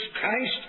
Christ